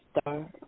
star